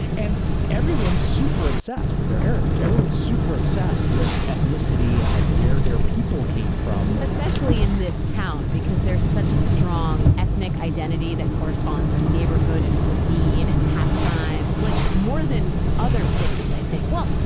and everyone's super obsessed with their heritage. everyone's super obsessed with ethnicity and like where their people came from. especially in this town, because there's such a strong ethnic identity that corresponds with neighborhood and cuisine and pastime, like more than other cities, i think. well,